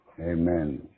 Amen